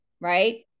right